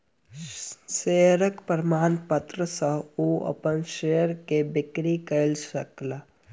शेयरक प्रमाणपत्र सॅ ओ अपन शेयर के बिक्री कय सकला